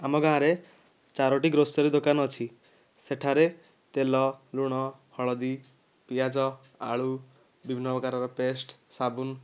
ଆମ ଗାଁରେ ଚାରୋଟି ଗ୍ରୋସରୀ ଦୋକାନ ଅଛି ସେଠାରେ ତେଲ ଲୁଣ ହଳଦୀ ପିଆଜ ଆଳୁ ବିଭିନ୍ନ ପ୍ରକାରର ପେଷ୍ଟ ସାବୁନ